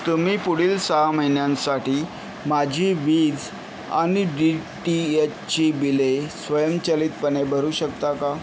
तुम्ही पुढील सहा महिन्यांसाठी माझी वीज आणि डी टी येचची बिले स्वयंचलितपणे भरू शकता का